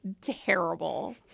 terrible